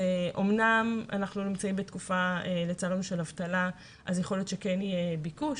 אנחנו נמצאים בתקופה של אבטלה ויכול להיות שכן יהיה ביקוש.